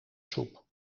soep